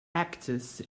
actors